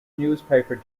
newspaper